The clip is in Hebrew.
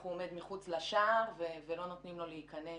הוא עומד מחוץ לשער ולא נותנים לו להיכנס.